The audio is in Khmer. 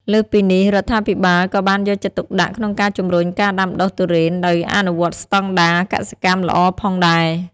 លើសពីនេះ រដ្ឋាភិបាលក៏បានយកចិត្តទុកដាក់ក្នុងការជំរុញការដាំដុះទុរេនដោយអនុវត្តស្តង់ដារកសិកម្មល្អ ផងដែរ។